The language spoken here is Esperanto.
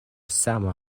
sama